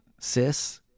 sis